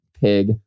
pig